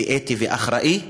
אתי ואחראי,